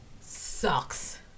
sucks